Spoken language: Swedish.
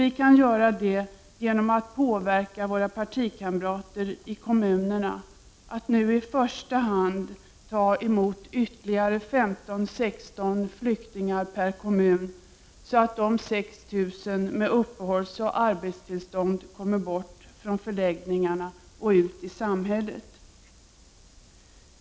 Vi kan göra det genom att påverka våra partikamrater i kommunerna att nu i första hand ta emot ytterligare 15-16 flyktingar per kommun, så att de 6 000 med uppehållsoch arbetstillstånd kommer bort från förläggningarna och ut i samhället.